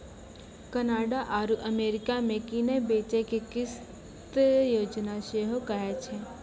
Canada आरु America मे किनै बेचै के किस्त योजना सेहो कहै छै